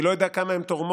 אני לא יודע כמה הן תורמות,